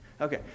Okay